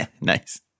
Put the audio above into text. nice